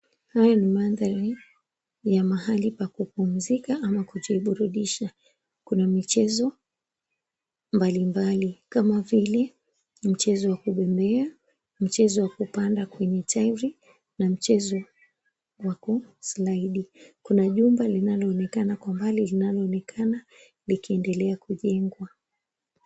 Haya ni mandhari ya mahali pa kupumzika ama kujiburudisha. Kuna michezo mbalimbali, kama vile mchezo wa kubembea, mchezo kupanda kwenye tairi, na mchezo mwaka slaidi. Kuna jumba linaloonekana kwa mbali, linaloonekana likiendelea kujengwa.